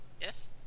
Yes